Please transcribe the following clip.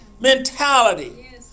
mentality